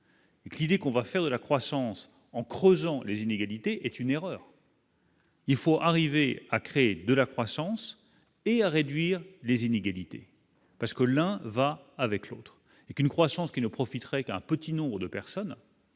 L'idée qu'on va faire de la croissance en creusant les inégalités est une erreur. Il faut arriver à créer de la croissance et à réduire les inégalités parce que l'un va avec l'autre et qu'une croissance qui ne profiterait qu'un petit nombre de personnes